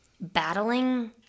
battling